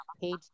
page